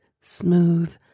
smooth